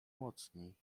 mocniej